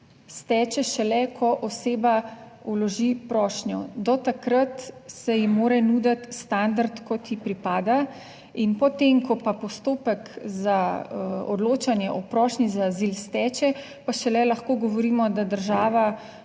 steče šele, ko oseba vloži prošnjo, do takrat se ji mora nuditi standard kot ji pripada, in potem, ko pa postopek za odločanje o prošnji za azil steče pa šele lahko govorimo, da država